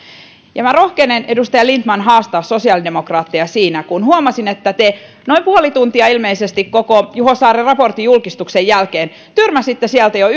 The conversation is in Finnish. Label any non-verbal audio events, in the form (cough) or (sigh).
minä rohkenen edustaja lindtman haastaa sosiaalidemokraatteja siinä kun huomasin että te noin puoli tuntia ilmeisesti koko juho saaren raportin julkistuksen jälkeen tyrmäsitte sieltä jo (unintelligible)